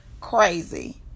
crazy